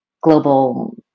global